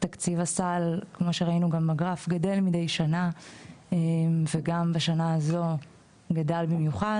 תקציב הסל כמו שראינו בגרף גדל מידי שנה וגם בשנה הזו גדל במיוחד,